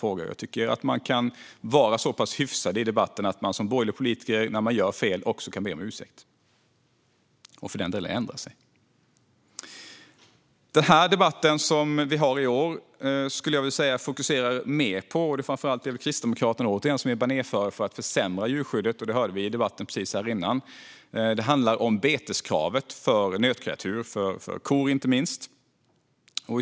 Jag tycker att man som borgerlig politiker ska vara så pass hyfsad i debatten att man kan be om ursäkt och ändra sig när man har gjort fel. I debatten i år är det återigen framför allt Kristdemokraterna som är banerförare för att försämra djurskyddet - det hörde vi i debatten här precis innan. Det handlar om beteskravet för nötkreatur, inte minst kor.